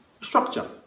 structure